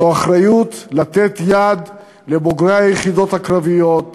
זו אחריותנו לתת יד לבוגרי היחידות הקרביות,